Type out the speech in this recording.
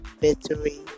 Victory